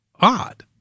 odd